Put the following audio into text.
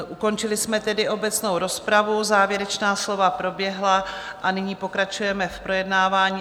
Ukončili jsme tedy obecnou rozpravu, závěrečná slova proběhla a nyní pokračujeme v projednávání.